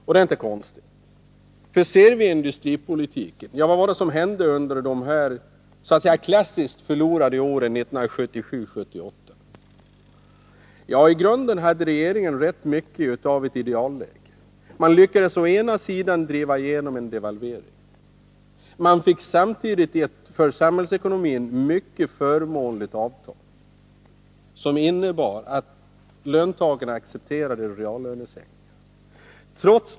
Och det är inte konstigt, för vad var det som hände under de så att säga klassiska förlorade åren 1977 och 1978? I grunden hade regeringen rätt mycket av ett idealläge. Man lyckades driva igenom en devalvering, samtidigt som man fick ett för samhällsekonomin mycket förmånligt avtal, som innebar att löntagarna accepterade en reallönesänkning.